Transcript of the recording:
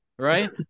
right